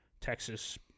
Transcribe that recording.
Texas